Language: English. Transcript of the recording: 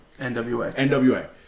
NWA